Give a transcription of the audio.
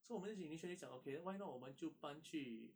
so 我们是 initially 讲 okay why not 我们就搬去